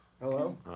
Hello